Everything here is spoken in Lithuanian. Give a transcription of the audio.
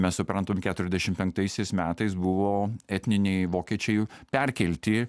mes suprantam keturiasdešim penktaisiais metais buvo etniniai vokiečiai perkelti